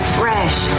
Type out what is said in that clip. fresh